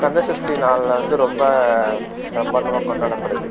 கந்த சஷ்டி நாளில் வந்து ரொம்ப பிரமாண்டமாக கொண்டாடப்படுது